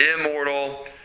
immortal